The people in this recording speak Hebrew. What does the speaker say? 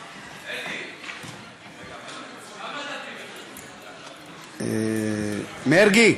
כמה דפים, מרגי,